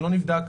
שלא נבדק,